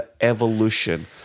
evolution